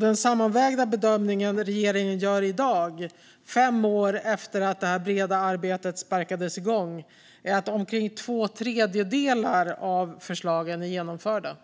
Den sammanvägda bedömning som regeringen gör i dag, fem år efter att detta breda arbete sparkades igång, är att omkring två tredjedelar av förslagen är genomförda.